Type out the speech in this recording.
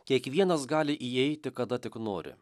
kiekvienas gali įeiti kada tik nori